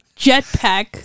jetpack